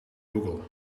google